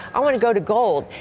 i want to go to gold.